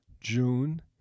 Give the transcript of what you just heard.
June